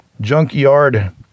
junkyard